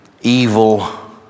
evil